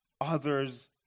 others